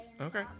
Okay